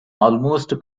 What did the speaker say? almost